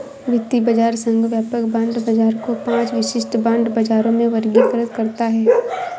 वित्तीय बाजार संघ व्यापक बांड बाजार को पांच विशिष्ट बांड बाजारों में वर्गीकृत करता है